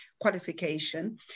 qualification